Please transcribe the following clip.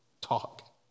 talk